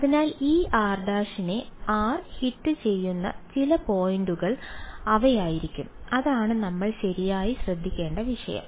അതിനാൽ ഈ r′ നെ r ഹിറ്റ് ചെയ്യുന്ന ചില പോയിന്റുകൾ അവയായിരിക്കും അതാണ് നമ്മൾ ശരിയായി ശ്രദ്ധിക്കേണ്ട വിഷയം